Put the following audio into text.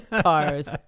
cars